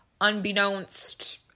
unbeknownst